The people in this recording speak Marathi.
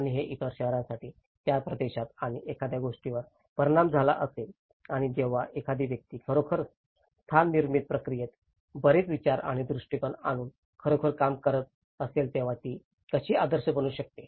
आणि हे इतर शहरांसाठी त्या प्रदेशात आणि एखाद्या गोष्टीवर परिणाम झाला असेल आणि जेव्हा एखादी व्यक्ती खरोखर स्थाननिर्मिती प्रक्रियेत बरेच विचार आणि दृष्टिकोन आणून खरोखर काम करत असेल तेव्हा ती कशी आदर्श बनू शकते